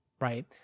right